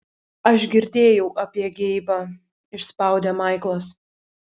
aš girdėjau apie geibą išspaudė maiklas